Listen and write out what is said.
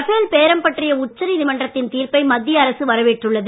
Rafale பேரம் பற்றிய உச்சநீதிமன்றத்தின் தீர்ப்பை மத்திய அரசு வரவேற்றுள்ளது